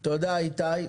תודה, איתי.